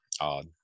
Odd